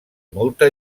molta